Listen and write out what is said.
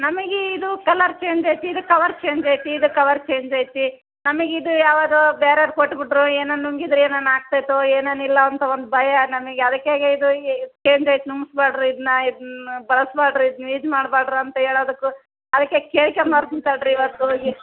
ನಮಗೆ ಇದು colour change ಐತಿ ಇದು ಕವರ್ ಚೇಂಜ್ ಐತಿ ಇದು ಕವರ್ ಚೇಂಜ್ ಐತಿ ನಮಗೆ ಇದು ಯಾವಾಗ ಬೇರೇದ್ ಕೊಟ್ಬಿಟ್ರೋ ಏನೋ ನುಂಗಿದ್ರೆ ಏನಾರ ಆಗ್ತೈತೋ ಏನಾರ ಇಲ್ಲ ಅಂತ ಒಂದು ಭಯ ನಮಗೆ ಅದಕ್ಕೆ ಇದು ಚೇಂಜ್ ಐತಿ ನುಂಗ್ಸ ಬೇಡ್ರಿ ಇದನ್ನ ಇದನ್ನ ಬಳ್ಸ ಬೇಡ್ರಿ ಇದ್ನ ಇದು ಮಾಡ ಬ್ಯಾಡ್ರಿ ಅಂತ ಹೇಳೋದಕ್ಕು ಅದಕ್ಕೆ ಕೇಳ್ಕಂಡು ಬರ್ತೀನಿ ತಡೀರಿ ಇವತ್ತು ಹೋಗಿ